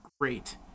great